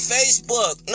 Facebook